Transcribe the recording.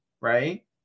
right